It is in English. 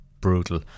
brutal